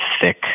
thick